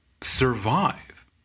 survive